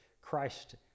Christ